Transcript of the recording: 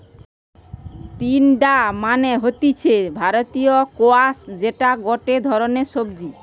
তিনডা মানে হতিছে ভারতীয় স্কোয়াশ যেটা গটে ধরণের সবজি